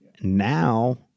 Now